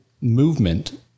movement